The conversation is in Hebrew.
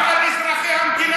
מי שקורא לחרם על אזרחי המדינה,